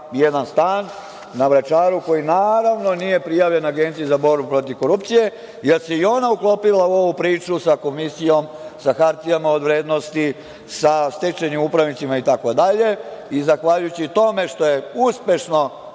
jedan stan na Vračaru, koji, naravno, nije prijavljen Agenciji za borbu protiv korupcije jer se i ona uklopila u ovu priču sa Komisijom sa hartijama od vrednosti, sa stečajnim upravnicima itd. Zahvaljujući tome što je uspešno